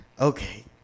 Okay